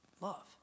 Love